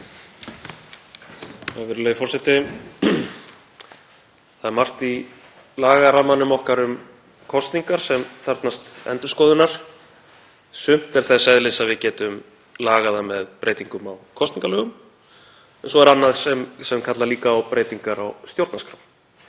Það er margt í lagarammanum okkar um kosningar sem þarfnast endurskoðunar. Sumt er þess eðlis að við getum lagað það með breytingum á kosningalögum en svo er annað sem kallar líka á breytingar á stjórnarskrá.